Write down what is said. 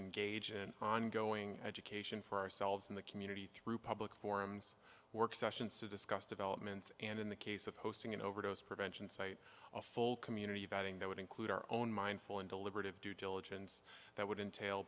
engage an ongoing education for ourselves in the community through public forums work sessions to discuss developments and in the case of hosting an overdose prevention site a full community vetting that would include our own mindful and deliberative due diligence that would entail